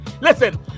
Listen